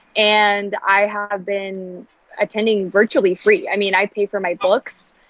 and i have been attending virtually free. i mean, i pay for my books,